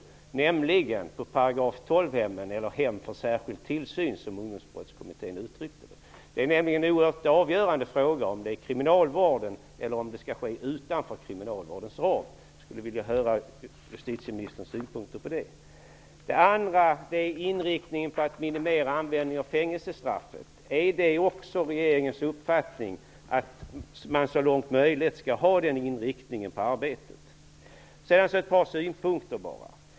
Det skulle då ske på § 12-hemmen eller hem för särskild tillsyn, som Ungdomsbrottskommittén uttryckte det. Det är en oerhört avgörande fråga om det skall ske inom kriminalvårdens ram eller utanför. Jag skulle vilja höra justitieministerns synpunkter på det. Den andra frågan gäller inriktningen på att minimera användningen av fängelsstraff. Är det också regeringens uppfattning att man så långt som möjligt skall ha den inriktningen på arbetet? Sedan har jag några synpunkter.